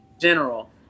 general